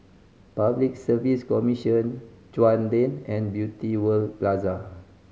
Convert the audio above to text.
Public Service Commission Chuan Lane and Beauty World Plaza